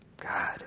God